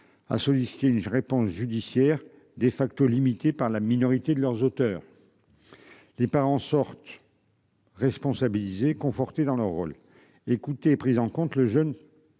À solliciter une réponse judiciaire dé facto limitée par la minorité de leurs auteurs. Les parents sortent. Responsabilisés confortés dans leur rôle. Prise en compte. Le jeune.